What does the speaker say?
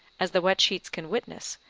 as the wet sheets can witness,